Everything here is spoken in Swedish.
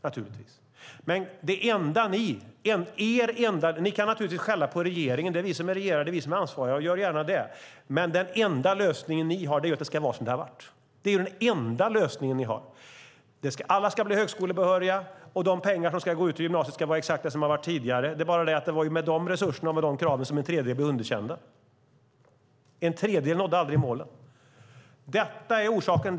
Ni kan naturligtvis skälla på regeringen. Det är vi som regerar och är ansvariga, så gör gärna det. Men den enda lösning som ni har är ju att det ska vara som det har varit. Det är den enda lösning som ni har. Ni vill att alla ska bli högskolebehöriga och att pengarna till gymnasiet ska vara exakt desamma som tidigare. Det är ju bara det att det var med de resurserna och kraven som en tredjedel blev underkända. En tredjedel nådde aldrig målen. Detta är orsaken.